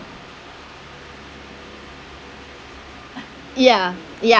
ya ya